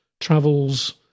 travels